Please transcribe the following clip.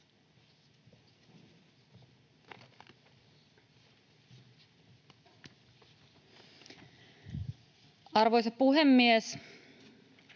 Arvoisa puhemies!